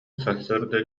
сарсыарда